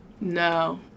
No